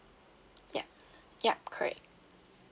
yup yup correct